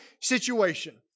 situation